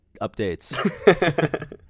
Updates